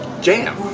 jam